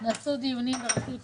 עשינו יותר מכרזים ופחות